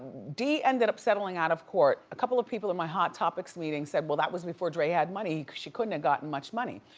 dee ended up settling out of court. a couple of people at my hot topics meeting said well that was before dre had money, she couldn't have gotten much money,